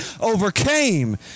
overcame